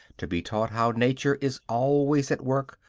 to be taught how nature is always at work,